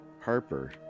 Harper